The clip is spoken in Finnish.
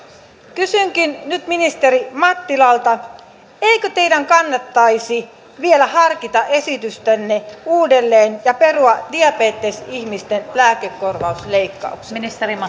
kysynkin nyt ministeri mattilalta eikö teidän kannattaisi vielä harkita esitystänne uudelleen ja perua diabetesihmisten lääkekorvausleikkaukset